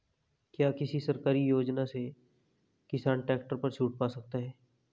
क्या किसी सरकारी योजना से किसान ट्रैक्टर पर छूट पा सकता है?